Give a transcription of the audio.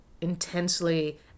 intensely